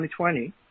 2020